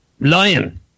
Lion